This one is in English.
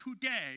today